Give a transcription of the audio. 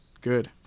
Good